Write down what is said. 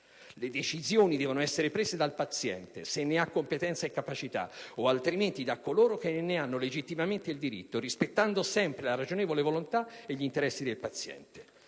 Le decisioni devono essere prese dal paziente, se ne ha competenza e capacità o, altrimenti, da coloro che ne hanno legittimamente il diritto, rispettando sempre la ragionevole volontà e gli interessi del paziente».